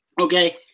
Okay